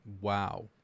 Wow